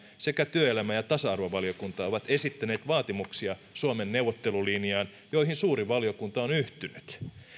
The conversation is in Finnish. sekä työelämä ja tasa arvovaliokunta ovat esittäneet suomen neuvottelulinjaan vaatimuksia joihin suuri valiokunta on yhtynyt